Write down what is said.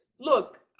look,